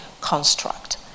construct